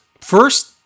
first